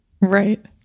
Right